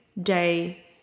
day